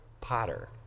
Potter